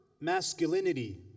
masculinity